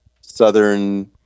southern